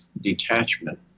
detachment